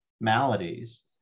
maladies